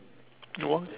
your one